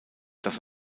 das